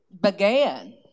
began